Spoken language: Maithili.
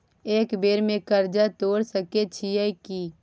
एक बेर में कर्जा तोर सके छियै की?